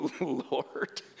Lord